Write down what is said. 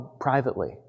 privately